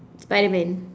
spiderman